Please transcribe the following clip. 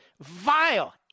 vile